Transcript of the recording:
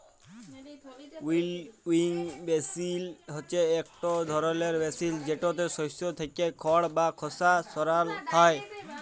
উইলউইং মিশিল হছে ইকট ধরলের মিশিল যেটতে শস্য থ্যাইকে খড় বা খসা সরাল হ্যয়